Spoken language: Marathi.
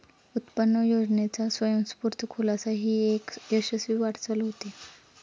उत्पन्न योजनेचा स्वयंस्फूर्त खुलासा ही एक यशस्वी वाटचाल होती